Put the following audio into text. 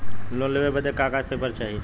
Loan लेवे बदे का का पेपर चाही?